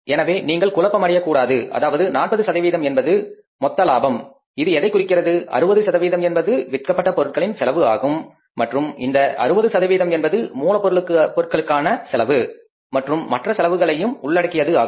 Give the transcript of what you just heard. எனவே நீங்கள் குழப்பமடைய கூடாது அதாவது 40 என்பது மொத்த லாபம் இது எதைக் குறிக்கின்றது 60 என்பது விற்கப்பட்ட பொருட்களின் செலவு ஆகும் மற்றும் இந்த 60 சதவீதம் என்பது மூலப் பொருட்களுக்கான செலவு மற்றும் மற்ற செலவுகளையும் உள்ளடக்கியது ஆகும்